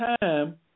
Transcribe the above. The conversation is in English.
time